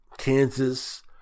Kansas